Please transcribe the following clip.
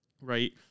right